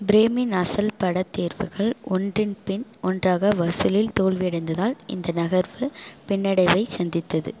பிரேமின் அசல் படத் தேர்வுகள் ஒன்றின்பின் ஒன்றாக வசூலில் தோல்வியடைந்ததால் இந்த நகர்வு பின்னடைவை சந்தித்தது